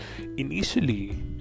Initially